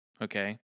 okay